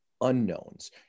unknowns